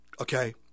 Okay